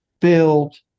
build